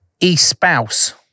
espouse